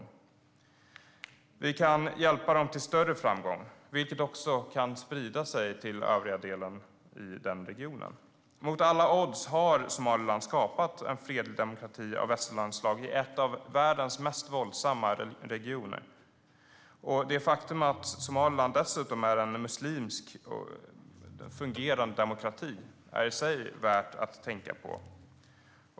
Vi kan hjälpa dem till större framgång, vilken också kan sprida sig till övriga delar av regionen. Mot alla odds har Somaliland skapat en fredlig demokrati av västerlandsslag i en av världens mest våldsamma regioner. Det faktum att Somaliland dessutom är en muslimsk fungerande demokrati är i sig värt att tänka på.